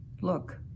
Look